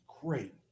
great